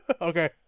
Okay